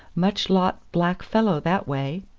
much lot black fellow that way.